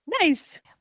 Nice